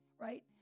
right